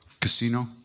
Casino